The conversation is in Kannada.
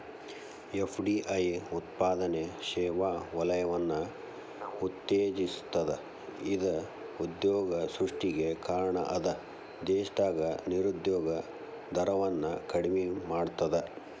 ಎಫ್.ಡಿ.ಐ ಉತ್ಪಾದನೆ ಸೇವಾ ವಲಯವನ್ನ ಉತ್ತೇಜಿಸ್ತದ ಇದ ಉದ್ಯೋಗ ಸೃಷ್ಟಿಗೆ ಕಾರಣ ಅದ ದೇಶದಾಗ ನಿರುದ್ಯೋಗ ದರವನ್ನ ಕಡಿಮಿ ಮಾಡ್ತದ